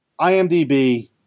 imdb